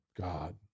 God